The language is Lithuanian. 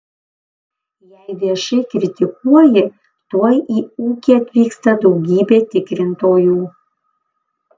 jei viešai kritikuoji tuoj į ūkį atvyksta daugybė tikrintojų